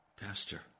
Pastor